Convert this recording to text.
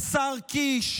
לשר קיש,